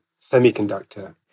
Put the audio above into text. Semiconductor